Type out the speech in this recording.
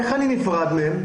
איך אני נפרד מהם?